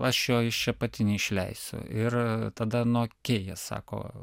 aš jo iš čia pati neišleisiu ir tada nu okei jie sako